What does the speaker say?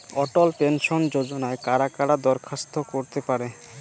অটল pension যোজনায় কারা কারা দরখাস্ত করতে পারে?